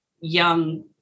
young